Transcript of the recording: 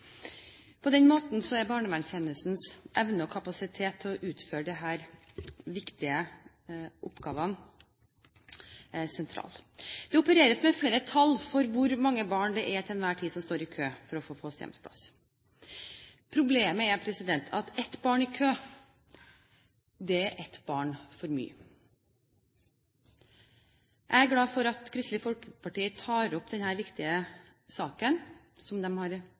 På den måten er barnevernstjenestens evne og kapasitet til å utføre disse viktige oppgavene sentral. Det opereres med flere tall for hvor mange barn det til enhver tid er som står i kø for å få fosterhjemsplass. Problemet er at ett barn i kø er ett for mye. Jeg er glad for at Kristelig Folkeparti tar opp denne viktige saken, som de har jobbet lenge med, og som de hadde et håp om å få flertall for i